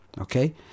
okay